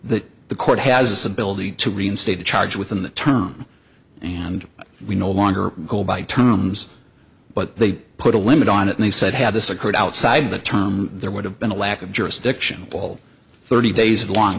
that the court has this ability to reinstate a charge within the term and we no longer go by terms but they put a limit on it and he said had this occurred outside the term there would have been a lack of jurisdiction will thirty days long